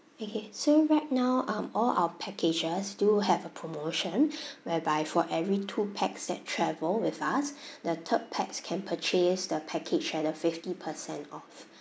okay so right now um all our packages do have a promotion whereby for every two pax that travel with us the third pax can purchase the package at a fifty percent off